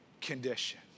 condition